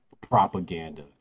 propaganda